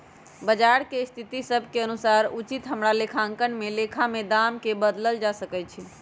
बजार के स्थिति सभ के अनुसार उचित हमरा लेखांकन में लेखा में दाम् के बदलल जा सकइ छै